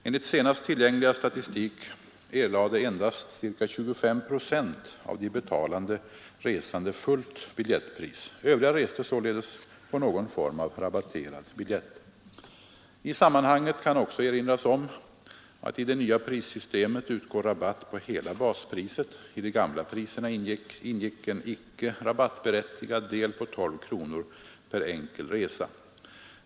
Enligt senast tillgängliga statistik erlade endast ca 25 procent av de betalande resande fullt biljettpris. Övriga reste således på någon form av rabatterad biljett. I sammanhanget kan också erinras om att i det nya prissystemet utgår rabatt på hela baspriset. I de gamla priserna ingick en icke rabattberättigad del på 12 kronor per enkelresa.